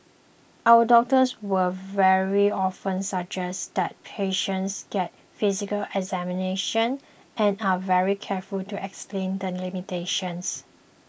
our doctors will very often suggest that patients get a physical examination and are very careful to explain the limitations